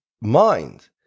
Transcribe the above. mind